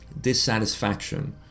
dissatisfaction